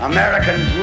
Americans